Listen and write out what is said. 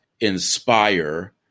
inspire